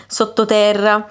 sottoterra